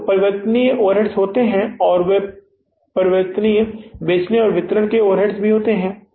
तब परिवर्तनीय ओवरहेड्स होते हैं और वे परिवर्तनीय बेचने और वितरण ओवरहेड्स होते हैं